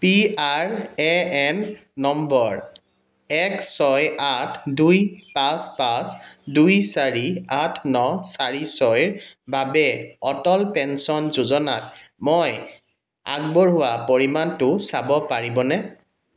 P R A N নম্বৰ এক ছয় আঠ দুই পাঁচ পাঁচ দুই চাৰি আঠ ন চাৰি ছয় ৰ বাবে অটল পেঞ্চন যোজনাত মই আগবঢ়োৱা পৰিমাণটো চাব পাৰিবনে